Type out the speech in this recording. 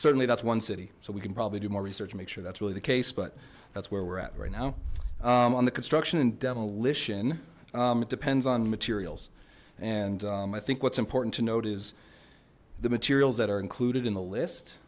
certainly that's one city so we can probably do more research make sure that's really the case but that's where we're at right now on the construction and demolition it depends on materials and i think what's important to note is the materials that are included in the list